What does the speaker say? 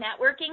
networking